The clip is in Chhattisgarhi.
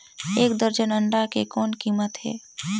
एक दर्जन अंडा के कौन कीमत हे?